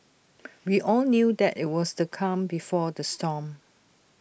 we all knew that IT was the calm before the storm